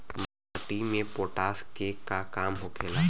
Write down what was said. माटी में पोटाश के का काम होखेला?